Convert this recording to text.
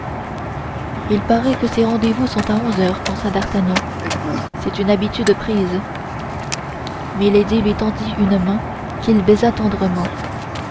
il paraît que ses rendez-vous sont à onze heures pensa d'artagnan c'est une habitude prise milady lui tendit une main qu'il baisa tendrement